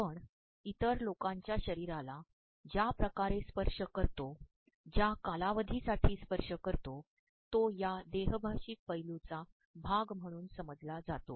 आपण इतर लोकांच्या शरीराला ज्या िकारे स्त्पशय करतो ज्या कालावधीसाठी स्त्पशय करतो तो या देहभाप्रषक पैलूचा भाग म्हणून अभ्यासला जातो